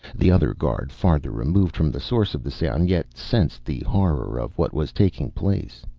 the other guard, farther removed from the source of the sound, yet sensed the horror of what was taking place,